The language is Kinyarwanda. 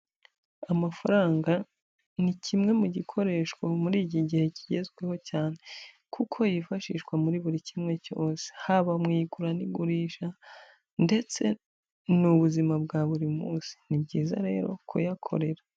Amafaranga ni kimwe mu gikoreshwa muri iki gihe kigezweho cyane, kuko yifashishwa muri buri kimwe cyose, haba mu igura n'igurisha ndetse ni ubuzima bwa buri munsi, ni byiza rero kuyakorera.